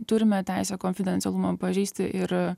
turime teisę konfidencialumą pažeisti ir